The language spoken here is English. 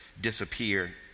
disappear